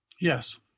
Yes